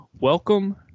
welcome